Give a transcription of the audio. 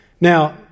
Now